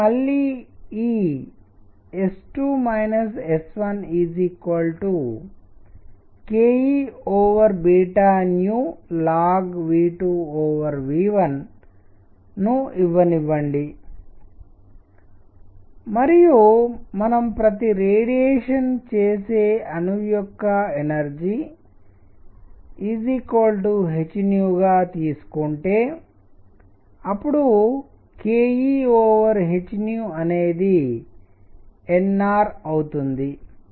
కాబట్టి మళ్ళీ ఈ S2 S1kEln ను ఇవ్వనివ్వండి మరియు మనము ప్రతి రేడియేషన్ చేసే అణువు యొక్క ఎనర్జీ h గా తీసుకుంటే అప్పుడు kEh అనేది nR అవుతుంది